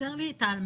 חסר לי העל-מנת.